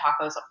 tacos